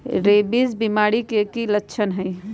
rabies बीमारी के कि कि लच्छन हई